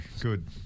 Good